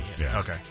Okay